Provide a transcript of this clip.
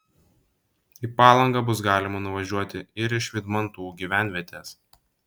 į palangą bus galima nuvažiuoti ir iš vydmantų gyvenvietės